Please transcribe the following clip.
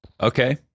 Okay